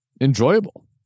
enjoyable